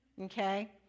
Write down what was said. Okay